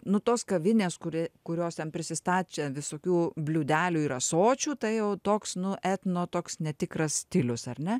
nu tos kavinės kuri kurios ten prisistačę visokių bliūdelių ir ąsočių tai jau toks nu etno toks netikras stilius ar ne